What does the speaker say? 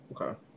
Okay